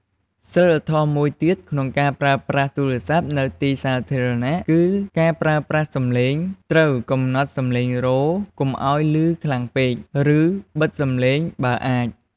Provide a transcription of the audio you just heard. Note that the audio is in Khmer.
សីលធម៌មួយទៀត ក្នុងការប្រើប្រាស់ទូរស័ព្ទនៅទីសាធារណៈ គឺ ការប្រើប្រាស់សម្លេង ត្រូវកំណត់សម្លេងរោទ៍កុំឲ្យឮខ្លាំងពេក ឬបិទសំឡេងបើអាច។